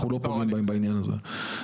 אנחנו לא פוגעים בהם בעניין הזה.